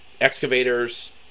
excavators